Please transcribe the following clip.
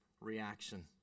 reaction